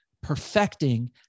perfecting